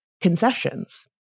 concessions